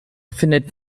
findet